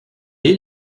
est